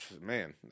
Man